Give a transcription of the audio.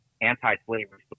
anti-slavery